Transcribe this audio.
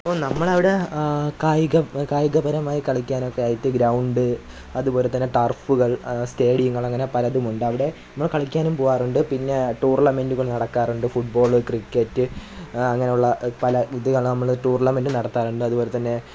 അപ്പോൾ നമ്മൾ അവിടെ കായികം കയികപരമായി കളിക്കാനൊക്കെ ആയിട്ട് ഗ്രൗണ്ട് അത്പോലെ തന്നെ ടര്ഫുകള് സ്റ്റേഡിയങ്ങള് അങ്ങനെ പലതുമുണ്ട് അവിടെ നമ്മൾ കളിക്കാനും പോവാറുണ്ട് പിന്നെ ടൂര്ണമെൻ്റുകള് നടക്കാറുണ്ട് ഫുട്ബോള് ക്രിക്കറ്റ് അങ്ങനെ ഉള്ള പല ഇതുകള് നമ്മൾ ടൂര്ണമെന്റ് നടത്താറുണ്ട് അതുപോലെ തന്നെ